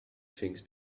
things